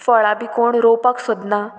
फळां बी कोण रोवपाक सोदना